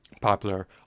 Popular